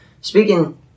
Speaking